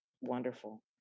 Wonderful